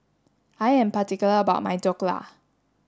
I am particular about my Dhokla